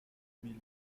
mille